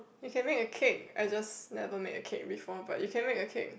you can make a cake I just never make a cake before but you can make a cake